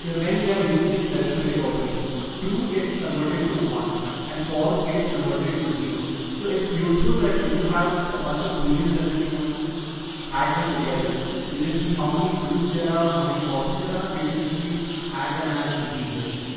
you know when they're using arithmetic operations. through gets converted to one and false gets converted to to zero. so it's useful that if you have a bunch of bullions and then you want to just add them together to just see how many throughs they're out or how many falses there are. you can simply add them as in teachers.